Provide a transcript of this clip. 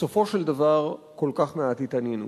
בסופו של דבר, כל כך מעט התעניינות.